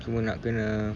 cuma nak kena